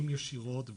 אם ישירות,